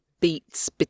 beats